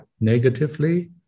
negatively